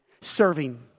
serving